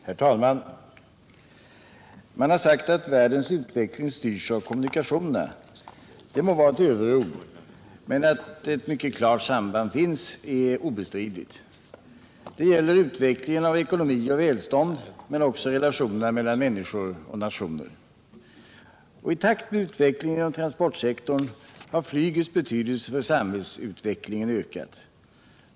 Herr talman! Man har sagt att världens utveckling styrs av kommunikationerna. Det må vara ett överord, men att ett mycket klart samband finns är ändå obestridligt. Det gäller utvecklingen av ekonomi och välstånd men också relationerna mellan människor och nationer. I takt med utvecklingen inom transportsektorn har flygets betydelse för samhällsutvecklingen ökat.